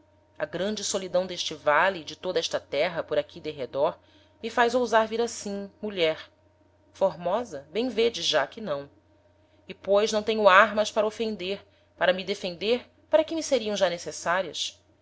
a grande solidão d'este vale e de toda esta terra por aqui derredor me faz ousar vir assim mulher formosa bem vêdes já que não e pois não tenho armas para ofender para me defender para que me seriam já necessarias